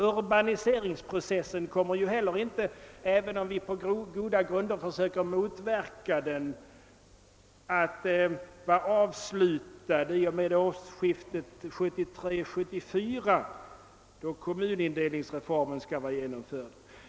Urbaniseringsprocessen kommer ju inte heller, även om vi på goda grunder försöker motverka den, att vara avslutad i och med årsskiftet 1973—1974, då kommunindelningsreformen skall vara genomförd.